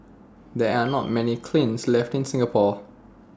there are not many kilns left in Singapore